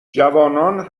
جوانان